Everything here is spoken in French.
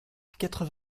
quatre